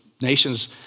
Nations